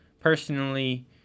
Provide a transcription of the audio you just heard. Personally